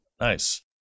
Nice